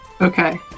Okay